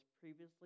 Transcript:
previously